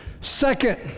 Second